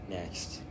Next